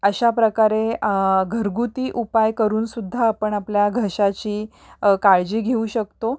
अशा प्रकारे घरगुती उपाय करून सुद्धा आपण आपल्या घशाची काळजी घेऊ शकतो